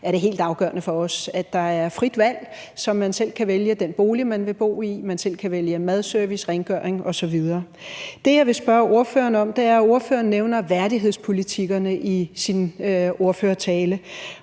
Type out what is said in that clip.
er det helt afgørende, at der er frit valg, så man selv kan vælge den bolig, man vil bo i, og man selv kan vælge madservice, rengøring osv. Det, jeg vil spørge ordføreren om, er værdighedspolitikkerne, som ordføreren